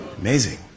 Amazing